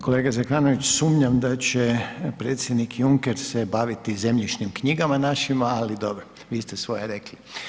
Kolega Zekanović sumnjam da će predsjednik Juncker se baviti zemljišnim knjigama našim, ali dobro, vi ste svoje rekli.